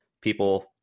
People